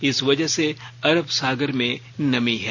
इस वजह से अरब सागर में नमी है